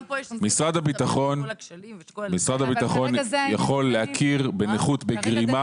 משרד הביטחון יכול להכיר בנכות בגרימה,